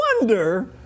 wonder